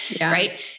right